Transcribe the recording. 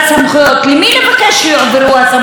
למי נבקש שיועברו הסמכויות האלה,